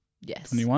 Yes